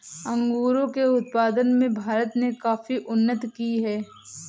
अंगूरों के उत्पादन में भारत ने काफी उन्नति की है